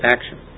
action